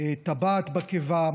טבעת בקיבה,